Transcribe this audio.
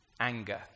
Anger